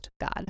God